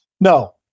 No